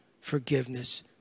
forgiveness